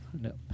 nope